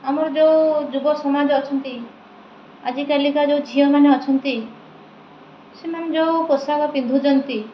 ଆମର ଯୋଉ ଯୁବ ସମାଜ ଅଛନ୍ତି ଆଜିକାଲିକା ଯେଉଁ ଝିଅମାନେ ଅଛନ୍ତି ସେମାନେ ଯେଉଁ ପୋଷାକ ପିନ୍ଧୁଛନ୍ତି